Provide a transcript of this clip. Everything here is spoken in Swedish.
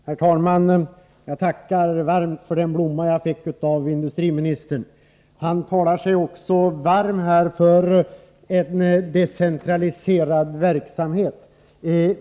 Herr talman! Jag tackar varmt för den blomma jag fick av industriministern. Han talar sig varm för en decentraliserad verksamhet.